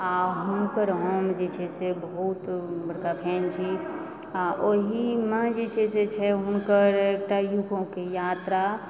आओर हुनकर हम जे छै से बहुत बड़का फेन छी आओर ओहीमे जे छै से छै हुनकर एक टा युगोके यात्रा